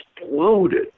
exploded